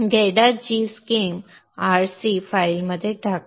geda gschem rc फाईलमध्ये टाका